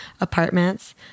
apartments